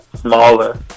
smaller